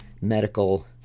medical